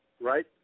right